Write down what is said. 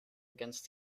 against